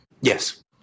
Yes